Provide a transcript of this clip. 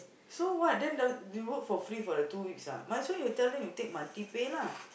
so what then they work for free for the two weeks ah might as well you tell them you take monthly pay lah